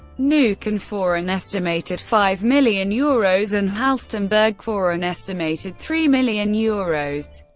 nukan for an estimated five million euros and halstenberg for an estimated three million euros.